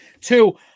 Two –